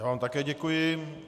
Já vám také děkuji.